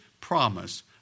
promise